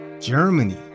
germany